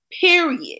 Period